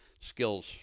skills